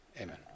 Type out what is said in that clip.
Amen